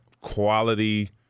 quality